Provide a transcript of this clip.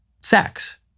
sex